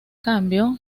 cambio